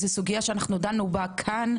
זו סוגיה שדנו בה כאן.